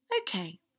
Okay